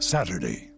Saturday